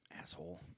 Asshole